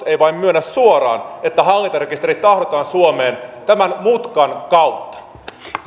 ei vain myönnä suoraan että hallintarekisterit tahdotaan suomeen tämän mutkan kautta